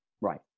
Right